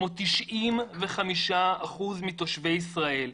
כמו 95% מתושבי ישראל,